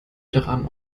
daran